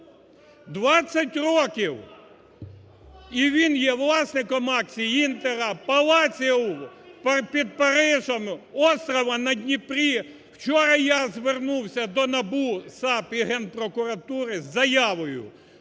років, і він є власником акцій "Інтеру", палаців під Парижем, острову на Дніпрі. Вчора я звернувся до НАБУ, САП і Генпрокуратури з заявою